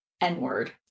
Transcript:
n-word